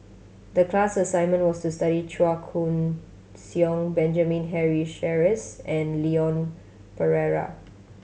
the class assignment was to study Chua Koon Siong Benjamin Henry Sheares and Leon Perera